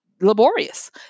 laborious